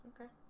okay